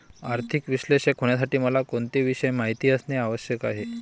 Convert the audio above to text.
आर्थिक विश्लेषक होण्यासाठी मला कोणते विषय माहित असणे आवश्यक आहे?